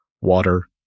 water